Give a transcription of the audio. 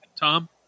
Tom